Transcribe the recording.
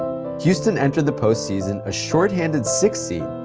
houston entered the post season a shorthanded six seed,